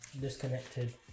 disconnected